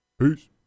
Peace